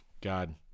God